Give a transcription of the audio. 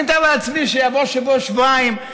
אני מתאר לעצמי שיעברו שבוע-שבועיים,